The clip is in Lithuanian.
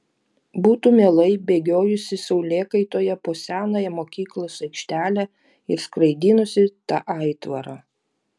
būtų mielai bėgiojusi saulėkaitoje po senąją mokyklos aikštelę ir skraidinusi tą aitvarą